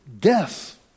death